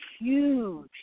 huge